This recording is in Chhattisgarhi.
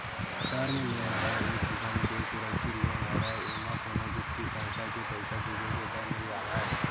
टर्म लोन ह एक किसम के सुरक्छित लोन हरय एमा कोनो बित्तीय संस्था के पइसा डूबे के डर नइ राहय